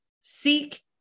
seek